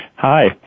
Hi